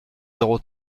zéro